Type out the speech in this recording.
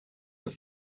have